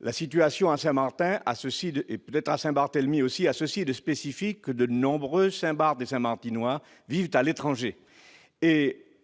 La situation à Saint-Martin et à Saint-Barthélemy a ceci de spécifique que de nombreux Saint-Barths et Saint-Martinois vivent à l'étranger.